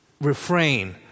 refrain